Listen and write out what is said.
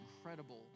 incredible